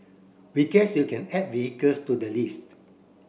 we guess you can add vehicles to the list